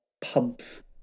pubs